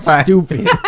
Stupid